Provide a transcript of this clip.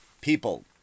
people